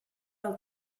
del